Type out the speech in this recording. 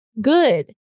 good